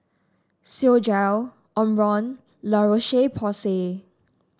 Physiogel Omron La Roche Porsay